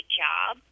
job